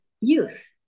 youth